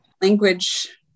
Language